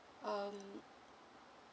um